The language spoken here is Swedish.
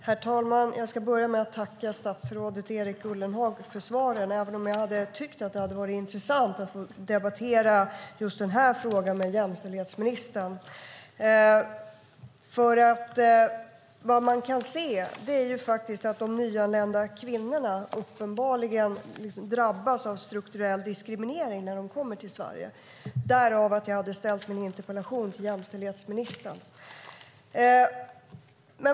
Herr talman! Jag ska börja med att tacka statsrådet Erik Ullenhag för svaren, även om jag skulle ha tyckt att det hade varit intressant att få debattera just denna fråga med jämställdhetsministern. De nyanlända kvinnorna drabbas uppenbarligen av strukturell diskriminering när de kommer till Sverige. Därav hade jag ställt min interpellation till jämställdhetsministern.